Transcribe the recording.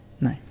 No